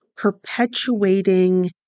perpetuating